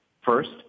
first